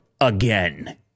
again